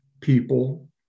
people